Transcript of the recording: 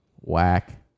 Whack